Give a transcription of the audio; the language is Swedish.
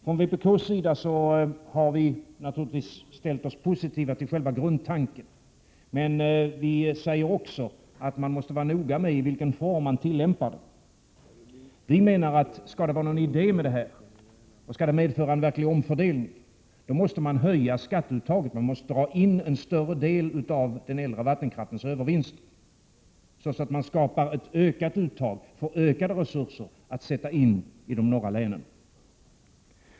Från vpk:s sida har vi naturligtvis ställt oss positiva till själva grundtanken, men vi säger också att man måste vara noga med i vilken form man tillämpar den. Vi menar att om det skall vara någon idé med det här och det skall medföra en verklig omfördelning, då måste man höja skatteuttaget. Man måste dra in en större del av den äldre vattenkraftens övervinster, så att man skapar ett ökat uttag och får ökade resurser att sätta in i de norra länen.